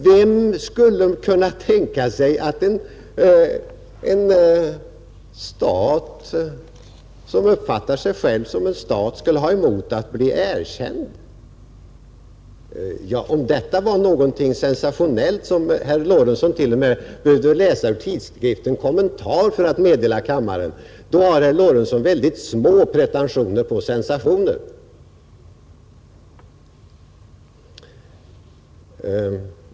Vem skulle kunna tänka sig att en stat som uppfattar sig själv som stat skulle ha någonting emot att bli erkänd? Om detta är någonting sensationellt som herr Lorentzon t.o.m. måste läsa ur tidskriften Kommentar för att meddela kammaren har herr Lorentzon väldigt små pretentioner på sensationer.